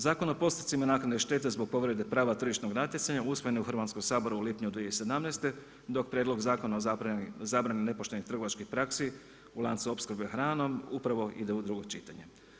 Zakon o postupcima naknade štete zbog povrede prava tržišnog natjecanja usvojen je u Hrvatskom saboru u lipnju 2017. dok Prijedlog zakona o zabrani nepoštenih trgovačkih praksi u lancu opskrbe hranom upravo ide u drugo čitanje.